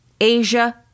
Asia